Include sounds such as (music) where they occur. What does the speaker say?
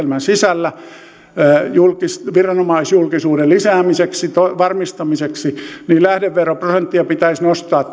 tämän järjestelmän sisällä viranomaisjulkisuuden lisäämiseksi ja varmistamiseksi edellyttäisi että lähdeveroprosenttia pitäisi nostaa (unintelligible)